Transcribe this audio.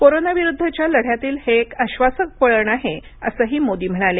corona विरुद्धच्या लढ्यातील हे एक आश्वासक वळण आहे असंही मोदी म्हणाले